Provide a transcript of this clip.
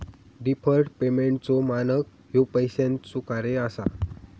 deferred पेमेंटचो मानक ह्या पैशाचो कार्य असा